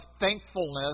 thankfulness